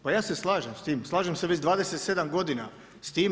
Pa ja se slažem s tim, slažem se već 27 godina s tim.